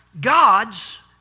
God's